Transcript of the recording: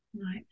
Right